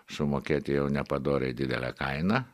sumokėti jau nepadoriai didelę kainą